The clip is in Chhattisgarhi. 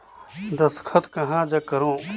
दस्खत कहा जग करो?